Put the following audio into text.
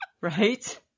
Right